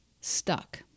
stuck